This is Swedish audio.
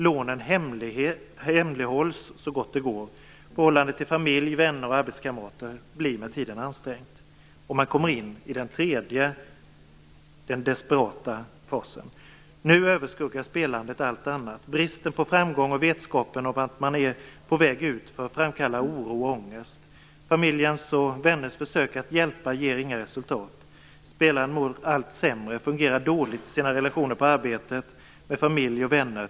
Lånen hemlighålls så gott det går. Förhållandet till familj, vänner och arbetskamrater blir med tiden ansträngt. Då kommer man in i den tredje, desperata fasen. Nu överskuggar spelandet allt annat. Bristen på framgång och vetskapen om att man är på väg utför framkallar oro och ångest. Familjens och vänners försök att hjälpa ger inga resultat. Spelaren mår allt sämre och fungerar dåligt i sina relationer på arbetet med familj och vänner.